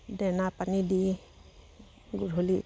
দেনা পানী দি গধূলি